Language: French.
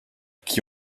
qui